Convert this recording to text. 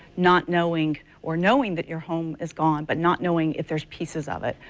not knowing or knowing that your home is gone but not knowing if there's pieces of it.